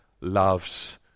loves